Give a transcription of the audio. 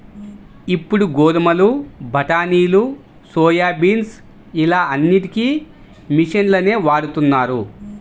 ఇప్పుడు గోధుమలు, బఠానీలు, సోయాబీన్స్ ఇలా అన్నిటికీ మిషన్లనే వాడుతున్నారు